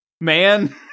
man